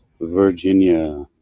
Virginia